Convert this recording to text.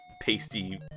pasty